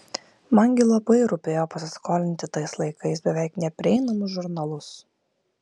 man gi labai rūpėjo pasiskolinti tais laikais beveik neprieinamus žurnalus